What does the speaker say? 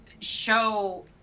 show